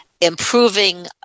improving